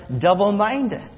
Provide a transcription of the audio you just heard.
double-minded